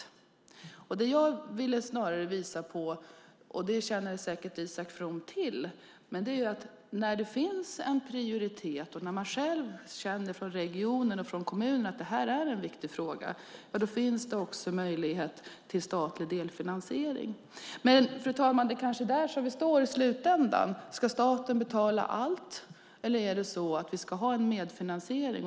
Något som jag ville visa på, och som Isak From säkert känner till, är att när det finns en prioritering och regionen och kommunen känner att det är en viktig fråga finns det möjlighet till statlig medfinansiering. Det kanske är vad det handlar om: Ska staten betala allt eller ska vi ha en medfinansiering?